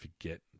forget